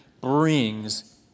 brings